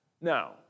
Now